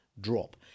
drop